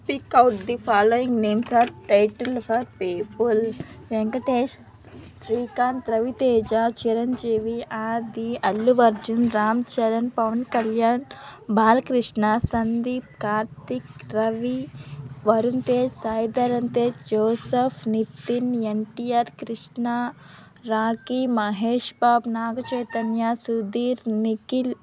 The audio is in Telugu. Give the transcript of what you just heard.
speak out the following names are title for PayPal Venkatesh Srikanth రవితేేజ Chiranjeevi Adi Allu Arjun Ram Charan Pawan Kalyan Balakrishna Sandeep Karthik Ravi Varun Tej Sai Dharam Tej జ్యోసఫ్ Nitin N T are Krishna Rakhi మహేష్బాబ్ Naga Chaitanya Sudheer Nikhil